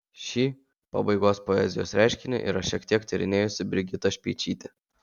šį pabaigos poezijos reiškinį yra šiek tiek tyrinėjusi brigita speičytė